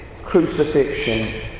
crucifixion